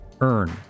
Earn